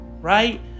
Right